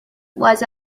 was